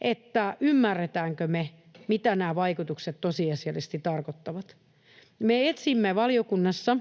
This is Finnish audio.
että ymmärretäänkö me, mitä nämä vaikutukset tosiasiallisesti tarkoittavat. Me etsimme valiokunnassa